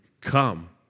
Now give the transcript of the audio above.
come